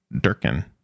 Durkin